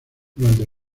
durante